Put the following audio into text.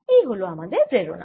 এই হল আমাদের প্রেরণা